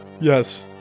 Yes